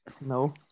No